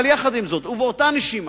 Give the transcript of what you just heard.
אבל יחד עם זאת ובאותה נשימה,